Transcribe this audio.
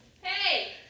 Hey